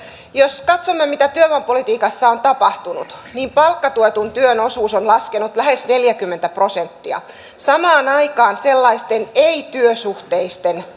jos katsomme mitä työvoimapolitiikassa on tapahtunut niin palkkatuetun työn osuus on laskenut lähes neljäkymmentä prosenttia samaan aikaan sellaisten ei työsuhteisten